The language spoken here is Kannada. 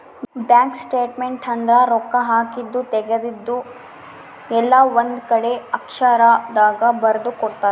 ಬ್ಯಾಂಕ್ ಸ್ಟೇಟ್ಮೆಂಟ್ ಅಂದ್ರ ರೊಕ್ಕ ಹಾಕಿದ್ದು ತೆಗ್ದಿದ್ದು ಎಲ್ಲ ಒಂದ್ ಕಡೆ ಅಕ್ಷರ ದಾಗ ಬರ್ದು ಕೊಡ್ತಾರ